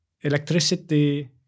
electricity